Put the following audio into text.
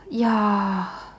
ya